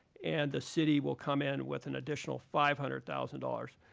and the city will come in with an additional five hundred thousand dollars.